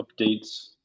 updates